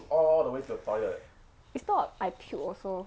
is not I puke also